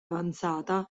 avanzata